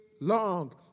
long